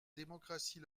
démocratie